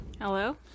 Hello